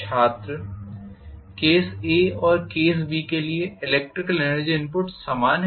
छात्र केस और केस के लिए इलेक्ट्रिकल एनर्जी इनपुट समान है